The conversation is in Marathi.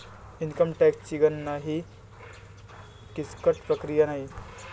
इन्कम टॅक्सची गणना ही किचकट प्रक्रिया नाही